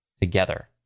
together